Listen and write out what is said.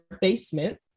basement